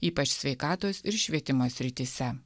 ypač sveikatos ir švietimo srityse